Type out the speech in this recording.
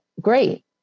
great